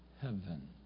heaven